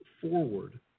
forward